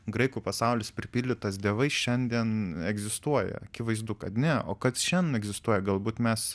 graikų pasaulis pripildytas dievais šiandien egzistuoja akivaizdu kad ne o kad šian egzistuoja galbūt mes